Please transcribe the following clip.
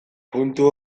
puntu